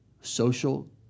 social